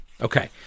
okay